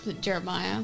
Jeremiah